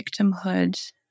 victimhood